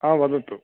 हा वदतु